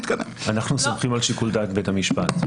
אנחנו סומכים על שיקול דעת בית המשפט.